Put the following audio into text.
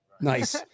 Nice